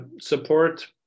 support